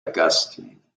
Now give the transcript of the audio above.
augustine